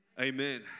Amen